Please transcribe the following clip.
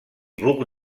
bourg